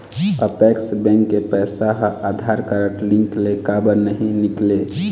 Apex bank के पैसा हा आधार कारड लिंक ले काबर नहीं निकले?